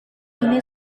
ini